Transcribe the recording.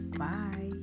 bye